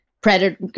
predator